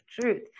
truth